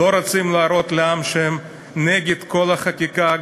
לא רוצים להראות לעם שהם נגד כל החקיקה,